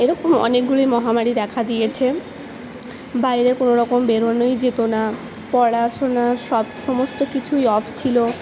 এরকম অনেকগুলোই মহামারী দেখা দিয়েছে বাইরে কোনোরকম বেরোনোই যেত না পড়াশোনা সব সমস্ত কিছুই অফ ছিল